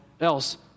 else